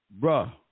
Bruh